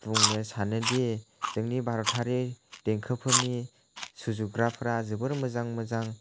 बुंनो सानो दि जोंनि भारतारि देंखोफोरनि सुजुग्राफ्रा जोबोर मोजां मोजां